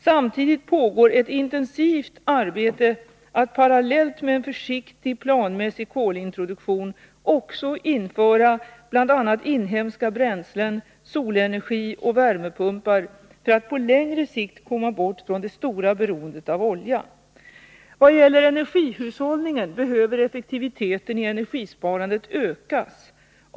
Samtidigt pågår ett intensivt arbete att parallellt med en försiktig planmässig kolintroduktion också införa bl.a. inhemska bränslen, solenergi och värmepumpar för att på längre sikt komma bort från det stora beroendet av olja. Vad gäller energihushållningen behöver effektiviteten i energisparandet ökas.